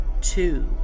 two